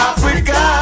Africa